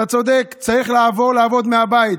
אתה צודק, צריך לעבור לעבוד מהבית.